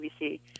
CBC